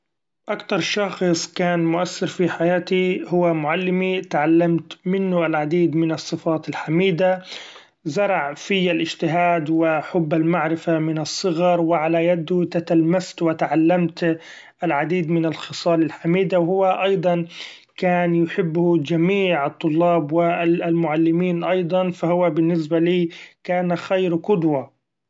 أكتر شخص كان مؤثر في حياتي هو معلمي ، تعلمت منه العديد من الصفات الحميدة ، زرع في الإجتهاد و حب المعرفة من الصغر وعلي يده تتلمذت و تعلمت العديد من الخصال الحميدة ، وهو أيضا كان يحبه جميع الطلاب و المعلمين أيضا ف هو بالنسبة لي كان خير قدوة.